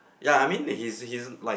ya I mean that he's he's like